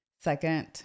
second